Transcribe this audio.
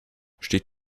steht